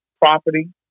property